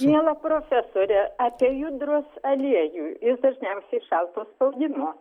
miela profesore apie judros aliejų ir dažniausiai šalto spaudimo